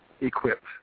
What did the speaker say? equipped